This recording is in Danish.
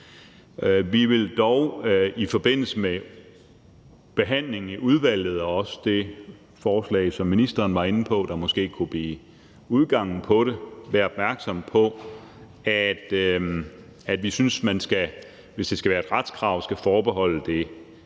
Der er dog i forbindelse med behandlingen i udvalget og også af det forslag, som ministeren var inde på måske kunne blive udgangen på det, noget, vi skal være opmærksomme på. Vi synes, at hvis det skal være et retskrav, så skal man forbeholde det